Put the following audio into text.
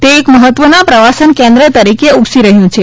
તે એક મહત્વના પ્રવાસન કેન્દ્ર તરીકે ઉપસી રહ્યું છે